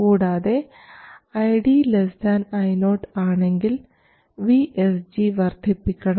കൂടാതെ ID Io ആണെങ്കിൽ VSG വർധിപ്പിക്കണം